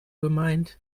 gemeint